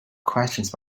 questions